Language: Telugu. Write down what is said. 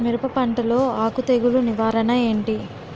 మిరప పంటలో ఆకు తెగులు నివారణ ఏంటి?